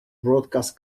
broadcast